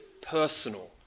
personal